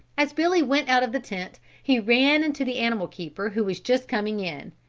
as billy went out of the tent he ran into the animal keeper who was just coming in.